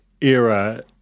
era